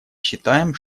считаем